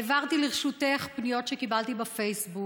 העברתי לידייך פניות שקיבלתי בפייסבוק,